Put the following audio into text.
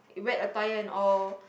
wet attire and all